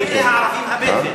זה לא עשר דקות, זה שלוש.